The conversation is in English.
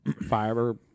Fiber